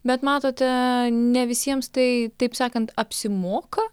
bet matote ne visiems tai taip sakant apsimoka